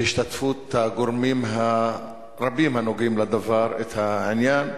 בהשתתפות הגורמים הרבים הנוגעים בדבר, את העניין.